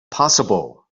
possible